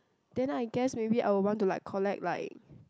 then I guess maybe I will want to like collect like